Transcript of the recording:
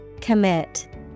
Commit